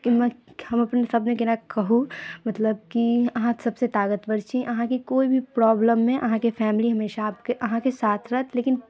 की हम अप्पन शब्दमे केना कहू मतलब कि अहाँ सभसँ तागतवर छी अहाँके कोइ भी प्रॉब्लममे अहाँके फैमिली हमेशा आपके अहाँके साथ रहत लेकिन